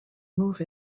move